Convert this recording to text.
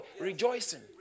rejoicing